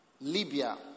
Libya